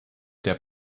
der